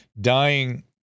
dying